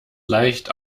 leicht